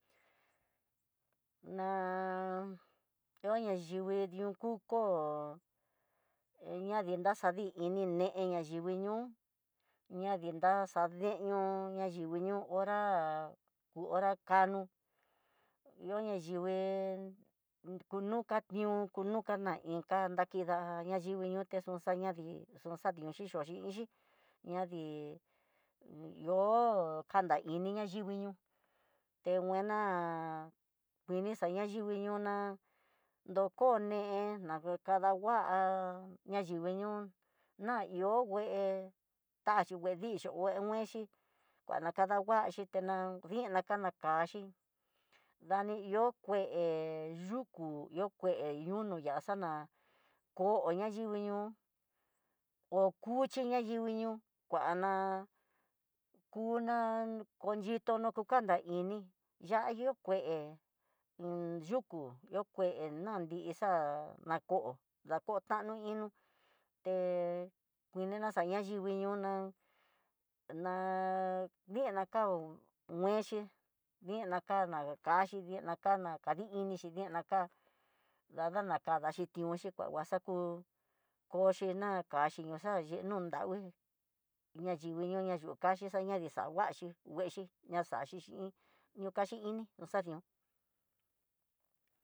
Na yo ayivii nió kukó, yani na xadi ini ne'é iin yivi ño'o ña ni ñaxa deñoo, nani yo'o hora, hora kano ihó ayivii kunuka ihó kunuka na inka n kida dakivi niuté xoxaña dii xoxadin xhixo iin xhí ña dii ihó kano, daini yivii ñoo tenguena kuini xa na yivii ihó na dokoné, na kadangua náyivii ñoo na ihó ngue taxi dixi no nguene ngua na kadanguaxhi te nan dii nakanakaxhi dani ihó kué yuku ihó kue yuno ya'á yaxana koo ñayivii ñoo hó kuchi naivii ñoo kyana kuná, konyitoró kukanda iní ya'á yo kue iin yukú yo kue na nixa'a nako ndako tanó inó té kuina a xa nrivi ñoná ná diá kau nuexi dina kana kaxhidi na kana kadi inixhi naka dadana kadaxhi tiónxi vadaxaku, kochi na kaxi ñoxa nondaugui non dangui ña yivi no na yú kaxi xaña ndixanguaxi nguaxi na xaxhi xhin nokaxhiini noxadión.